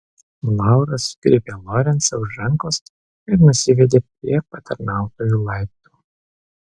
laura sugriebė lorencą už rankos ir nusivedė prie patarnautojų laiptų